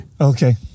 Okay